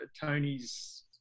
Tony's